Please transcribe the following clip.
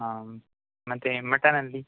ಹಾಂ ಮತ್ತು ಮಟನಲ್ಲಿ ಮಟ್